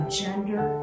gender